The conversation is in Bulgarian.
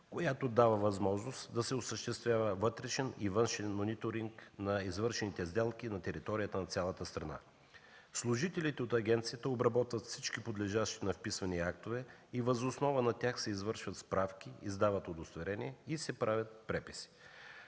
която дава възможност да се осъществява външен и вътрешен мониторинг на извършените сделки на територията на цялата страна. Служителите на агенцията обработват всички подлежащи на вписвания актове и въз основа на тях се извършват справки, издават удостоверения и се правят преписи.